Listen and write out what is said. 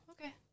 okay